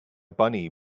bunny